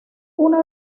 uno